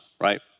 Right